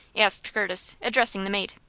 asked curtis, addressing the mate.